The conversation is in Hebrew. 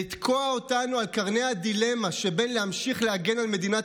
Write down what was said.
לתקוע אותנו על קרני הדילמה שבין להמשיך להגן על מדינת